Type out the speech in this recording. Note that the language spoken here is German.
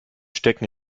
stecken